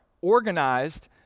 organized